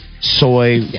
soy